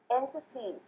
entity